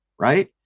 right